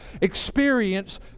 Experience